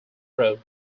road